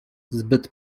zbyt